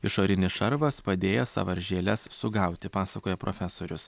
išorinis šarvas padėjęs sąvaržėles sugauti pasakoja profesorius